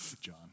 John